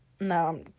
No